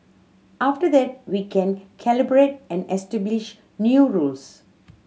after that we can calibrate and establish new rules